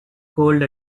cold